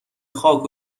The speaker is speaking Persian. خاک